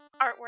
artwork